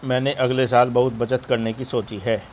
मैंने अगले साल बहुत बचत करने की सोची है